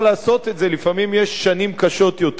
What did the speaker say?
לפעמים יש שנים קשות יותר ולפעמים,